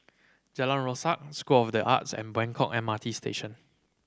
Jalan Rasok School of The Arts and Buangkok M R T Station